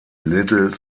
little